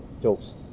jokes